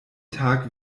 tag